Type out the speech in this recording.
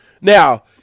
Now